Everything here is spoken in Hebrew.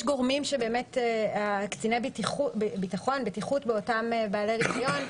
גורמים שבאמת קציני הביטחון-בטיחות באותם בעלי רישיון,